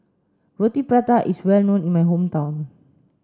Roti Prata is well known in my hometown